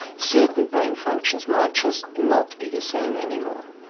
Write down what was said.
certain brain functions might just not be the same anymore.